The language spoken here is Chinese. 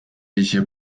一些